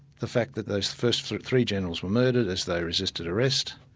the fact that those first three generals were murdered as they resisted arrest,